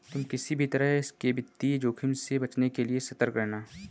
तुम किसी भी तरह के वित्तीय जोखिम से बचने के लिए सतर्क रहना